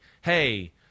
hey